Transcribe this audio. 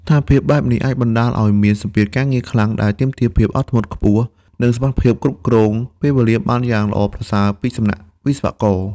ស្ថានភាពបែបនេះអាចបណ្ដាលឲ្យមាន សម្ពាធការងារខ្លាំងដែលទាមទារភាពអត់ធ្មត់ខ្ពស់ និងសមត្ថភាពគ្រប់គ្រងពេលវេលាបានយ៉ាងល្អប្រសើរពីសំណាក់វិស្វករ។